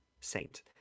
saint